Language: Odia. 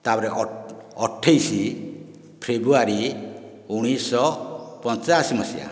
ତାପରେ ଅଠେଇଶି ଫେବୃଆରୀ ଉଣେଇଶହ ପଞ୍ଚାଅସି ମସିହା